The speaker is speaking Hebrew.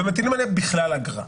ומטילים עליהם בכלל אגרה.